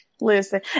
listen